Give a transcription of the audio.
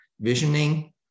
visioning